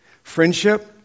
Friendship